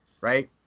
right